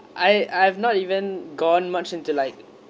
I I have not even gone much into like